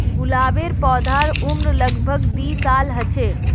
गुलाबेर पौधार उम्र लग भग दी साल ह छे